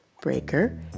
Breaker